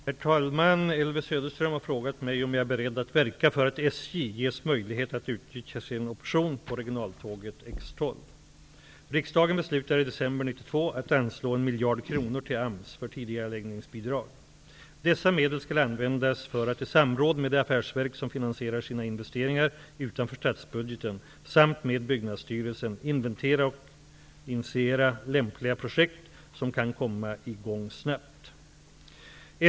Herr talman! Elvy Söderström har frågat mig om jag är beredd att verka för att SJ ges möjlighet att utnyttja sin option på regionaltåget X12. miljard kronor till AMS för tidigareläggningsbidrag. Dessa medel skall användas för att i samråd med de affärsverk som finansierar sina investeringar utanför statsbudgeten, samt med Byggnadsstyrelsen, inventera och initiera lämpliga projekt som kan komma i gång snabbt.